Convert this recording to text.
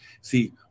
See